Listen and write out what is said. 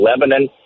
Lebanon